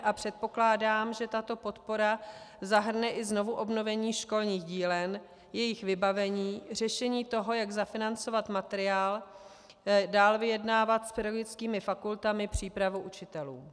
A předpokládám, že tato podpora zahrne i znovuobnovení školních dílen, jejich vybavení, řešení toho, jak zafinancovat materiál, dál vyjednávat s pedagogickými fakultami přípravu učitelů.